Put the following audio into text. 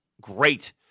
Great